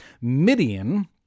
midian